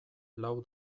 lau